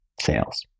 sales